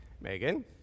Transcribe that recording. Megan